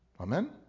Amen